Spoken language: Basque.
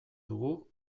dugu